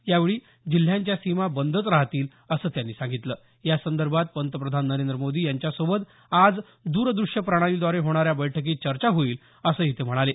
यावेळी जिल्ह्यांच्या सीमा बंदच राहतील असं त्यांनी सांगितलं यासंदर्भात पंतप्रधान नरेंद्र मोदी यांच्यासोबत आज द्रदूश्य प्रणालीद्वारे होणाऱ्या बैठकीत चर्चा होईल असंही ते म्हणाले